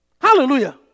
Hallelujah